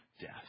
death